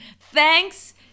Thanks